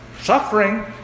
suffering